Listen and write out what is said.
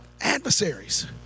adversaries